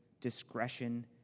discretion